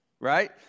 right